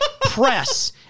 press